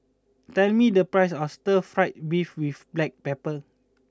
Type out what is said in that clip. tell me the price of Stir Fried Beef with Black Pepper